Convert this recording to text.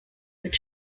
mit